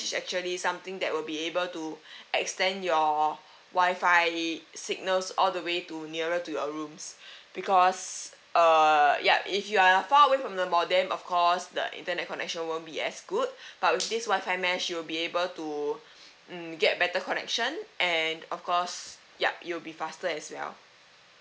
actually something that will be able to extend your wifi signals all the way to nearer to your rooms because err yup if you are far away from the modem of course the internet connection won't be as good but with this wifi mesh you'll be able to um get better connection and of course yup it'll be faster as well